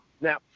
Now